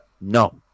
No